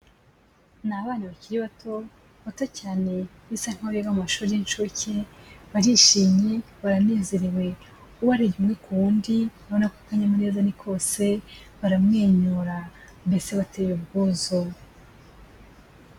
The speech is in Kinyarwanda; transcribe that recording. Ni abana bakiri bato, bato cyane bisa nkaho biga mu mashuri y'incuke, barishimye baranezerewe ubarebye umwe ku wundi ubona ko akanyamuneza ni kose, baramwenyura mbese bateye ubwuzu.